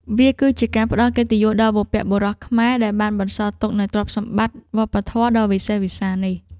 វាគឺជាការផ្ដល់កិត្តិយសដល់បុព្វបុរសខ្មែរដែលបានបន្សល់ទុកនូវទ្រព្យសម្បត្តិវប្បធម៌ដ៏វិសេសវិសាលនេះ។